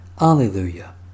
Alleluia